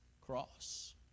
cross